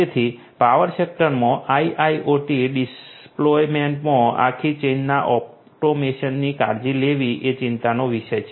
તેથી પાવર સેક્ટરમાં IIoT ડિપ્લોયમેન્ટમાં આખી ચેઇનના ઓટોમેશનની કાળજી લેવી એ ચિંતાનો વિષય છે